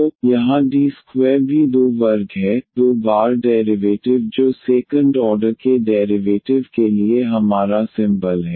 तो यहाँ D2 भी 2 वर्ग है दो बार डेरिवेटिव जो सेकंड ऑर्डर के डेरिवेटिव के लिए हमारा सिम्बल है